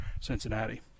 Cincinnati